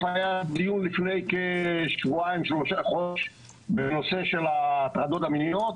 היה דיון לפני כשבועיים-שלושה בנושא של ההטרדות המיניות,